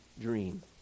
dream